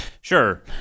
Sure